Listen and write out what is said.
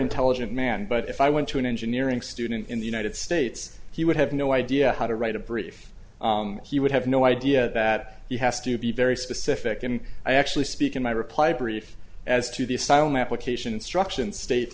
intelligent man but if i went to an engineering student in the united states he would have no idea how to write a brief he would have no idea that he has to be very specific and i actually speak in my reply brief as to the asylum application instruction